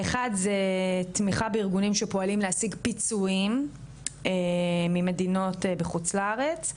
הראשון זה תמיכה בארגונים שפועלים להשיג פיצויים ממדינות בחוץ לארץ,